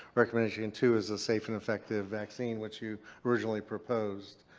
recommendation two is a safe and effective vaccine which you originally proposed.